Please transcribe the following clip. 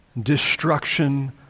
Destruction